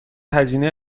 هزینه